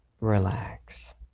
relax